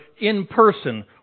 in-person